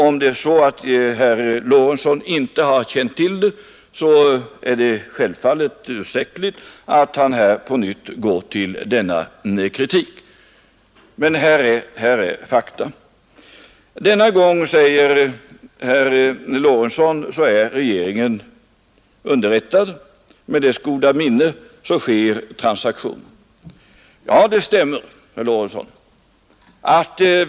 Om herr Lorentzon inte har känt till detta förhållande, är det självfallet ursäktligt att herr Lorentzon på nytt framför sin kritik, men vad jag nu sagt är fakta. Denna gången är regeringen underrättad, sade herr Lorentzon, och transaktionen sker med regeringens goda minne. Det stämmer.